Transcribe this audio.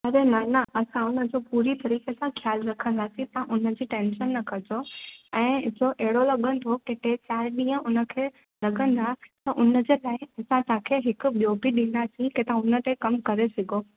अगरि माना असां हुनजो पूरी तरीक़े सां ख़्यालु रखंदासीं तां हुनजी टैंशन न कजो ऐं ॾिसो अहिड़ो लॻंदो कि टे चारि ॾींहं उनखे लगंदा त उनजे लाइ असां तव्हांखे हिकु ॿियों बि ॾींदासी के तव्हां हुनते कमु करे सघो